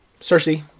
Cersei